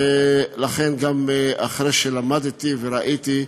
ולכן גם, אחרי שלמדתי וראיתי,